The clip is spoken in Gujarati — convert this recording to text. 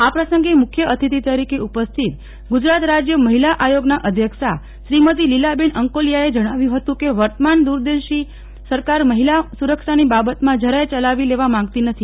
આ પ્રસંગે મુખ્ય અતિથિ તરીકે ઉપસ્થિત ગુજરાત રાજ્ય મહિલા આયોગના અધ્યક્ષા શ્રીમતી લીલાબેન અંકોલિયાએ જણાવ્યું હતું કે વર્તમાન દૂરંદેશી સરકાર મહિલા સુરક્ષાની બાબતમાં જરાય ચલાવી લેવા માગતી નથી